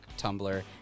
Tumblr